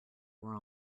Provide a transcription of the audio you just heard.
were